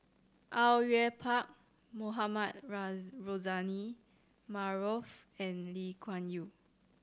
Au Yue Pak Mohamed Rozani Maarof and Lee Kuan Yew